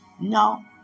No